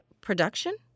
production